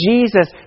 Jesus